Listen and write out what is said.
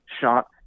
shot